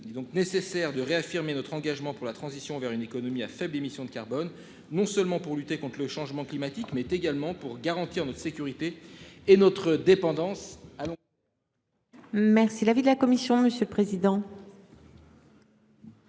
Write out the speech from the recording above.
donc nécessaire de réaffirmer notre engagement pour la transition vers une économie à faible émission de carbone. Non seulement pour lutter contre le changement climatique mais également pour garantir notre sécurité et notre dépendance.